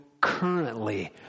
currently